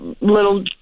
little